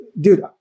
dude